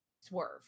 swerve